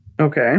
Okay